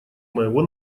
моего